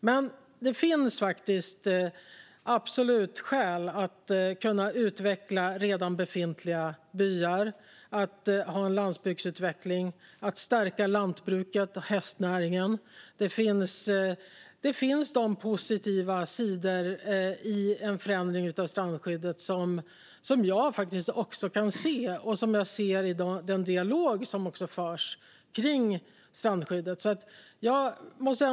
Men det finns absolut skäl att utveckla redan befintliga byar, att ha en landsbygdsutveckling och att stärka lantbruket och hästnäringen. Det finns positiva sidor i en förändring av strandskyddet som jag faktiskt också kan se och som jag ser i den dialog som förs om strandskyddet.